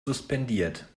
suspendiert